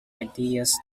ideas